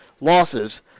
losses